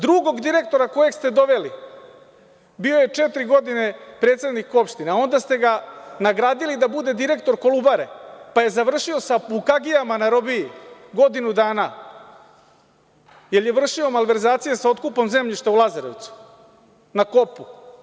Drugog direktora kojeg ste doveli, bio je četiri godine predsednik opštine, a onda ste ga nagradili da budu direktor Kolubare, pa je završio sa bukagijama na robiji godinu dana, jer je vršio malverzacije sa otkupom zemljišta u Lazarevcu na Kopu.